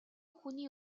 хүний